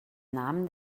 namen